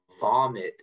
vomit